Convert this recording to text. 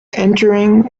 entering